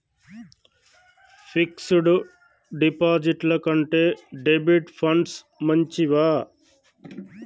Fix డ్ డిపాజిట్ల కంటే డెబిట్ ఫండ్స్ మంచివా?